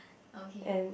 okay